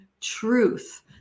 truth